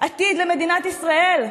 עתיד למדינת ישראל,